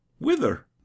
Whither